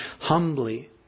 humbly